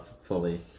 fully